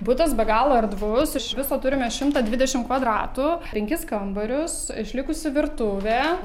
butas be galo erdvus iš viso turime šimtą dvidešimt kvadratų penkis kambarius išlikusi virtuvė